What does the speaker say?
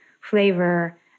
flavor